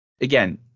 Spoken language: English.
again